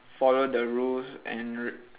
follow the rules and r~